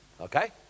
okay